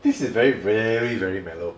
this is very very very mellow